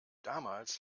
damals